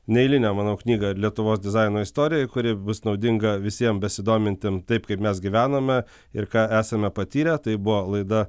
neeilinę manau knygą lietuvos dizaino istorijoj kuri bus naudinga visiem besidomintiem taip kaip mes gyvenome ir ką esame patyrę tai buvo laida